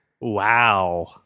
Wow